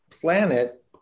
planet